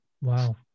Wow